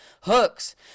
hooks